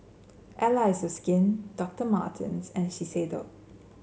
Allies is Skin Doctor Martens and Shiseido